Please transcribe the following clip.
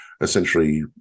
essentially